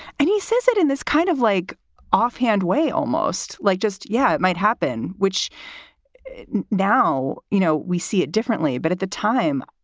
and he says it in this kind of like offhand way, almost like just, yeah, it might happen, which now, you know, we see it differently. but at the time,